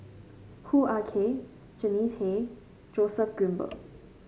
Hoo Ah Kay Jannie Tay Joseph Grimberg